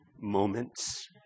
moments